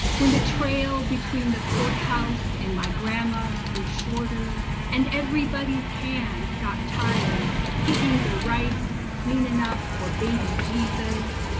when the trail between the courthouse and my grandma's grew shorter and everybody's hands got tired picking the rice clean enough for baby jesus,